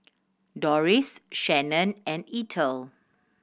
Doris Shannen and Ethel